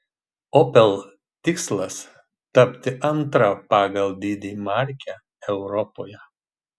opel tikslas tapti antra pagal dydį marke europoje